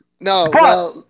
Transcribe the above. No